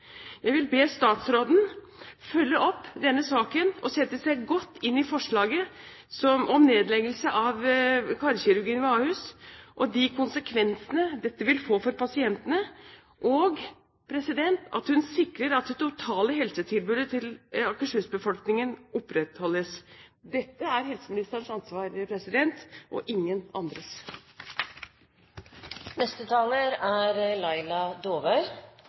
Jeg vil be statsråden følge opp denne saken og sette seg godt inn i forslaget om nedleggelse av karkirurgien ved Ahus og de konsekvensene dette vil få for pasientene, og at hun sikrer at det totale helsetilbudet til Akershus-befolkningen opprettholdes. Dette er helseministerens ansvar og ingen andres. Dette er